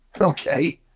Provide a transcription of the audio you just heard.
Okay